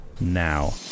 now